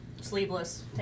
Sleeveless